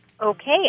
Okay